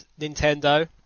Nintendo